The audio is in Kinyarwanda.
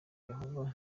yehova